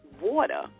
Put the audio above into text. water